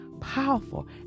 powerful